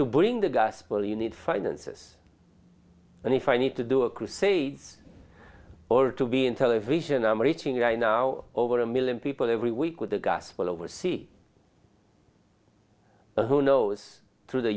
to bring the gospel you need finances and if i need to do a crusades or to be in television i'm reaching i now over a million people every week with the gospel over see who knows